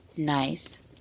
nice